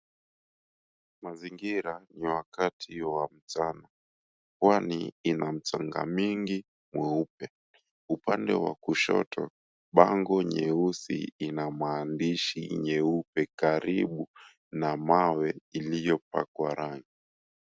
Mazingira ni wakati wa mchana. Kwani ina mchanga mingi mweupe. Upande wa kushoto, bango nyeusi ina maandishi nyeupe karibu na mawe iliyopakwa rangi.